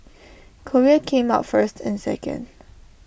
Korea came out first and second